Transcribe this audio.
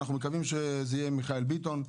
אנחנו מקווים שזה יהיה מיכאל ביטון.